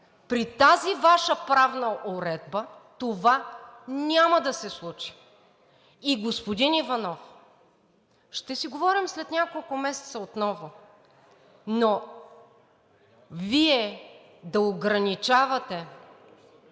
При тази Ваша правна уредба това няма да се случи. Господин Иванов, ще си говорим след няколко месеца отново, но Вие да ограничавате